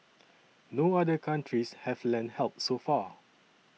no other countries have lent help so far